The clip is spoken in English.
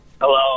Hello